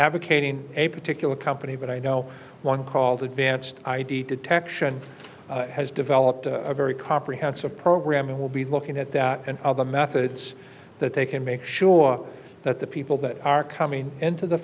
advocating a particular company but i know one called advanced i d detection has developed a very comprehensive program and will be looking at that and other methods that they can make sure that the people that are coming into the